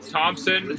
Thompson